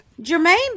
Jermaine